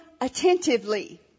attentively